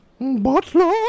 Butler